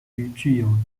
具有